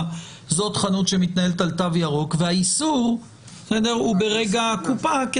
שזאת חנות שמתנהלת על תו ירוק והאיסור הוא בקופה.